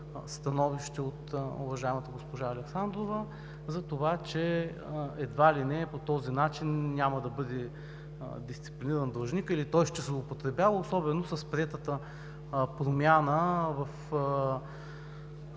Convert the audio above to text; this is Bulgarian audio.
становище от уважаемата госпожа Александрова за това, че едва ли не по този начин няма да бъде дисциплиниран длъжникът или той ще злоупотребява, особено с приетата промяна в